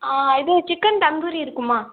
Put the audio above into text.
ஆ இது சிக்கன் தந்தூரி இருக்குமா